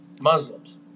Muslims